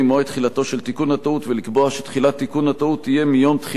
ולקבוע שתחילת תיקון הטעות תהיה מיום תחילת החוק שאותו מתקנים.